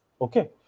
Okay